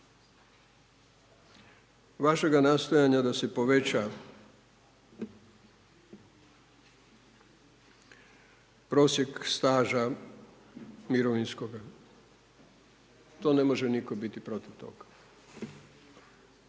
vašega nastojanja da se poveća prosjek staža mirovinskog to ne može biti nitko protiv toga.